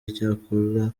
icyakora